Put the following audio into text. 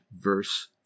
verse